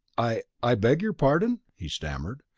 i i beg your pardon? he stammered.